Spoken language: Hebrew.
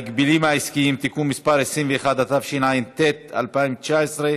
התשע"ט 2019,